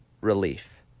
relief